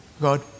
God